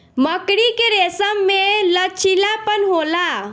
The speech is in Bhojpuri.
मकड़ी के रेसम में लचीलापन होला